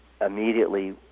immediately